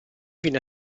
viene